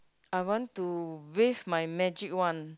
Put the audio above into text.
I want to wave my magic one